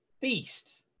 beast